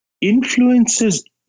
influences